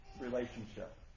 relationship